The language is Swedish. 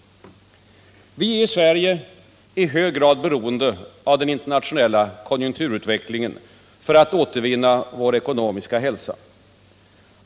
Vi är i Sverige i hög grad beroende av den internationella konjunkturutvecklingen för att återvinna vår ekonomiska hälsa.